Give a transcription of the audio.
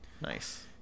Nice